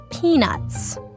Peanuts